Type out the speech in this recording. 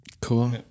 Cool